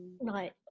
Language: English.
Right